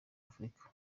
afurika